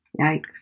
Yikes